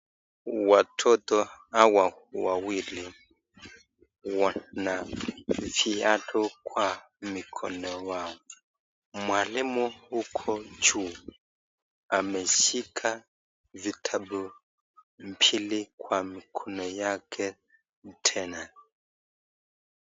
Watoto hawa wawili wana viatu kwa mikono yao mwalimu huko juu ameshikilia vitabu mbili kwa mikono yake tena.